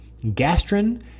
gastrin